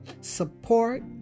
Support